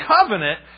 Covenant